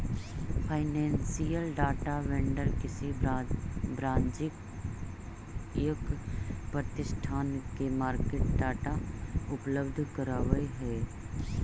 financial data vendor किसी वाणिज्यिक प्रतिष्ठान के मार्केट डाटा उपलब्ध करावऽ हइ